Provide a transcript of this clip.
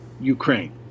Ukraine